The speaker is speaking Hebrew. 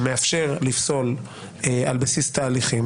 שמאפשר לפסול על בסיס תהליכים,